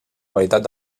qualitat